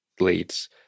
Leads